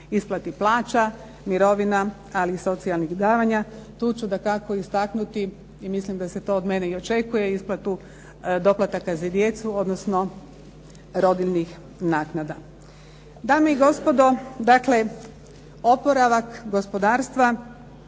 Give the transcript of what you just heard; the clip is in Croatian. isplati plaća, mirovina ali i socijalnih davanja. Tu ću dakako istaknuti i mislim da se to od mene i očekuje isplatu doplataka za djecu odnosno rodiljnih naknada.